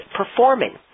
performing